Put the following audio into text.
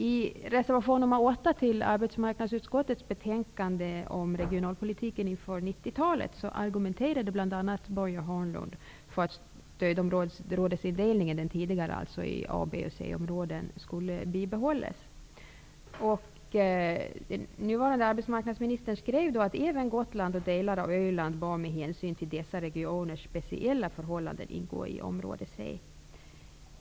I arbetsmarknadsutskottets betänkande, reservation nr 8 som handlar om regionalpolitiken inför 90-talet, argumenteras det för, bl.a. av Börje Hörnlund, att den tidigare stödområdesindelningen i A-, B och C-områden skall bibehållas. Nuvarande arbetsmarknadsministern skrev att även Gotland och delar av Öland bör, med hänsyn till dessa regioners speciella förhållanden, ingå i område C.